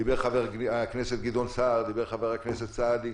דיבר חבר הכנסת גדעון סער, דיבר חבר הכנסת סעדי,